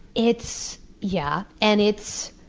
it's yeah and it's